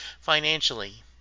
financially